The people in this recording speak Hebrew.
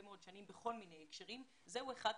מאוד שנים בכל מיני הקשרים וזה אחד מהם.